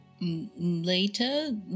Later